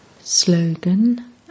Slogan